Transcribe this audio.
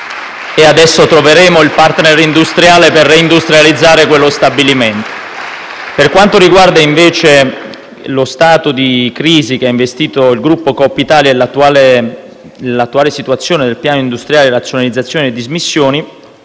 Adesso troveremo il *partner* per reindustrializzare quello stabilimento. Per quanto riguarda invece lo stato di crisi che ha investito il gruppo Coop Italia e l'attuale situazione del piano industriale di razionalizzazione e dismissioni,